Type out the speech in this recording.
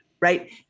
Right